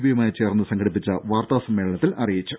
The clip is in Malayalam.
ബി യുമായി ചേർന്ന് സംഘടിപ്പിച്ച വാർത്താ സമ്മേളന ത്തിൽ അറിയിച്ചു